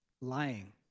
Lying